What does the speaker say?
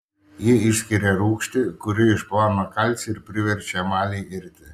ji išskiria rūgštį kuri išplauna kalcį ir priverčia emalį irti